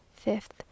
Fifth